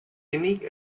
unique